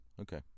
Okay